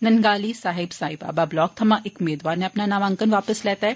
Nangali Sahib Sai Baba block थमां इक मेदवार नै अपना नामांकन वापस लैता ऐ